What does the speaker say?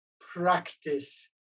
practice